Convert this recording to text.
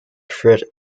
threat